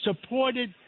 supported